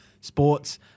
Sports